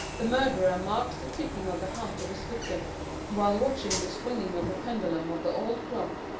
the murderer marks the ticking of the heart of his victim while watching the swinging of the pendulum of the old clock,